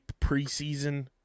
preseason